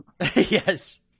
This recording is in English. Yes